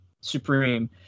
supreme